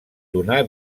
donar